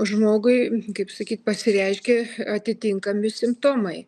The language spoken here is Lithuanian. žmogui kaip sakyt pasireiškia atitinkami simptomai